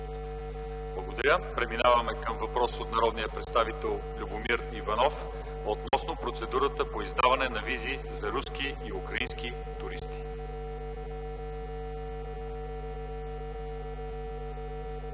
Благодаря. Преминаваме към въпрос от народния представител Любомир Иванов относно процедурата по издаване на визи за руски и украински туристи.